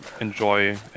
enjoy